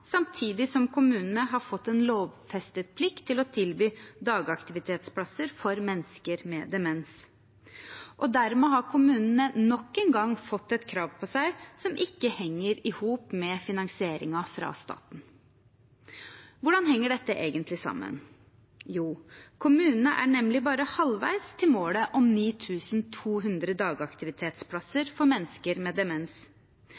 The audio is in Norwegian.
samtidig som kommunene har fått en lovfestet plikt til å tilby dagaktivitetsplasser for mennesker med demens. Dermed har kommunene nok en gang fått et krav på seg som ikke henger i hop med finansieringen fra staten. Hvordan henger dette egentlig sammen? Jo, kommunene er nemlig bare halvveis til målet om